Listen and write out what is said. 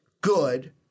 good